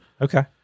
Okay